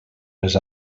les